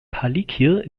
palikir